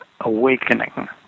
awakening